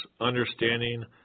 understanding